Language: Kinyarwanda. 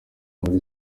muri